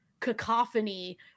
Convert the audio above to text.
cacophony